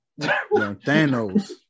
Thanos